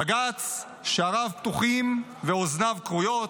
בג"ץ, שעריו פתוחים ואוזניו כרויות,